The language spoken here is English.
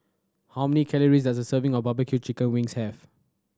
how many calories does a serving of barbecue chicken wings have